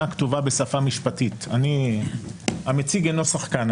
כתובה בשפה משפטית המציג אינו שחקן,